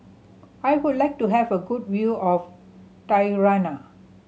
I would like to have a good view of Tirana